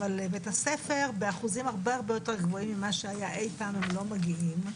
אבל לבית-הספר באחוזים הרבה יותר גבוהים ממה שהיה פעם הם לא מגיעים.